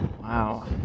Wow